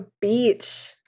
Beach